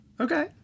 Okay